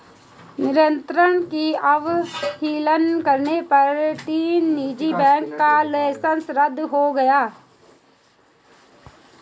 नियंत्रण की अवहेलना करने पर तीन निजी बैंकों का लाइसेंस रद्द हो गया